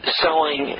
selling